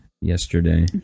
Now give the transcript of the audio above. yesterday